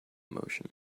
emotion